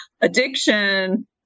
addiction